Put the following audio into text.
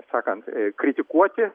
sakant kritikuoti